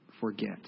forget